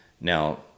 now